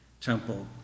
temple